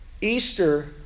Easter